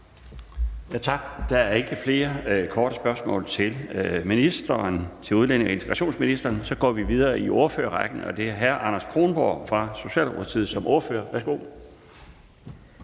Tak. Der er ikke flere korte bemærkninger til udlændinge- og integrationsministeren. Så går vi til ordførerrækken, og det er først hr. Anders Kronborg fra Socialdemokratiet. Værsgo.